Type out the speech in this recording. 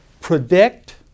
predict